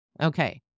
Okay